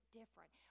different